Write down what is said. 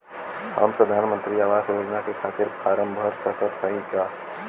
हम प्रधान मंत्री आवास योजना के खातिर फारम भर सकत हयी का?